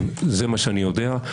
כן, זה מה שאני יודע.